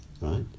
right